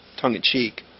tongue-in-cheek